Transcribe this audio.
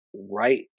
right